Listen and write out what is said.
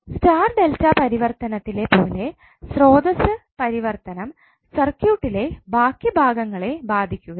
star delta പരിവർത്തനത്തിലെ പോലെ സ്രോതസ്സ് പരിവർത്തനം സർക്യൂട്ടിലെ ബാക്കി ഭാഗങ്ങളെ ബാധിക്കുകയില്ല